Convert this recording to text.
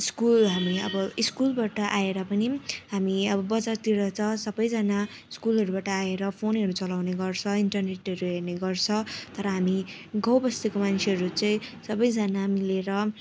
school हामी अब स्कुलबाट आएर पनि हामी आबो बजारतिर छ सबैजना स्कुलहरूबाट आएर फोनहरू चलाउने गर्छ इन्टर्नेहरू हेर्ने गर्छ तर हामी गाउँ बस्तीको मान्छेहरू चाहिँ सबैजना मिलेर